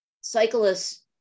cyclists